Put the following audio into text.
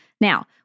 Now